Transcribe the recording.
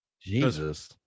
jesus